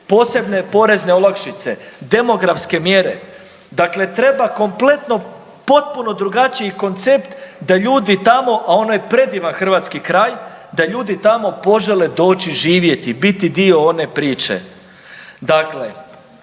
posebne porezne olakšice, demografske mjere. Dakle, treba kompletno potpuno drugačiji koncept da ljudi tamo, a ono je predivan hrvatski kraj, da ljudi tamo požele doći živjeti i biti dio one priče.